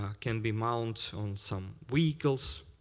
um can be mounted on some wheels,